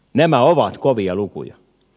nämä ovat kovia lukuja